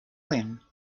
then